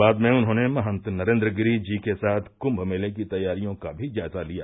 बाद में उन्होंने महन्त नरेन्द्रगिरी जी के साथ कुम्भ मेंले की तैयारियों का भी जायजा लिया